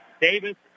Davis